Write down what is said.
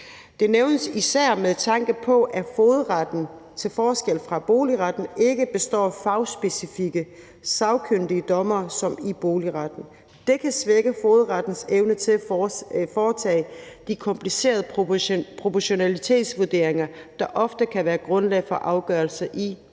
Det nævnes især, med tanke på at fogedretten til forskel fra boligretten ikke består af fagspecifikke, sagkyndige dommere som i boligretten. Det kan svække fogedrettens evne til at foretage de komplicerede proportionalitetsvurderinger, der ofte kan være grundlag for afgørelser i boligretten.